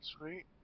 sweet